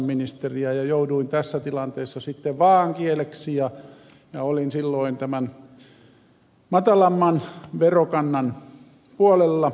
jouduin tässä tilanteessa sitten vaaankieleksi ja olin silloin tämän matalamman verokannan puolella